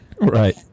Right